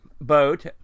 boat